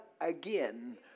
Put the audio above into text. again